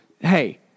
hey